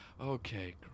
Okay